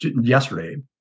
yesterday